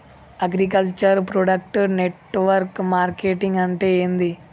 Agriculture product network marketing అంటే ఏంది?